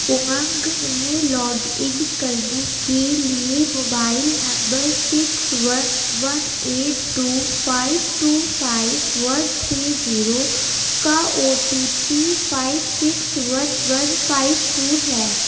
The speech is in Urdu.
امنگ میں لاگ ان کرنے کے لیے mobile number six one one eight two five two five one three zero کا O T P five six one one five two ہے